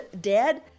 dead